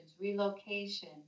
relocation